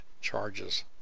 charges